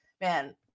Man